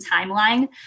timeline